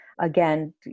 Again